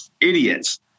idiots